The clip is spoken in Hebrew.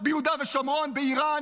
ומחר נטפל.